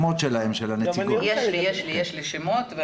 על זה שאת באמת נחרצת ועקבית בנושא הזה,